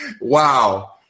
Wow